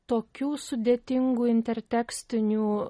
tokių sudėtingų intertekstinių